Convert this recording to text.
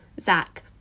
Zach